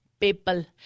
People